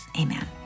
amen